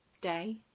day